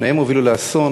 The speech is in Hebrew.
שניהם הובילו לאסון,